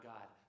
God